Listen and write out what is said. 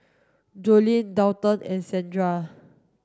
Joleen Daulton and Sandra